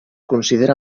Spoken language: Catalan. considera